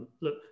look